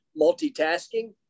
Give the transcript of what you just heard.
multitasking